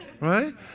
Right